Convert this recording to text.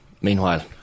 meanwhile